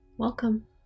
Welcome